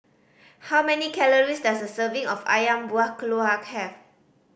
how many calories does a serving of Ayam Buah Keluak have